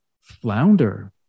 flounder